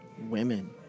women